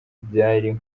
byari